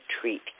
treat